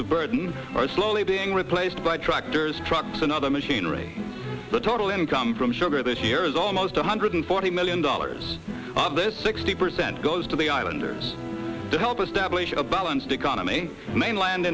of burden are slowly being replaced by tractors trucks and other machinery the total income from sugar this year is almost one hundred forty million dollars of this sixty percent goes to the islanders to help establish a balanced economy mainland